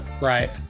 Right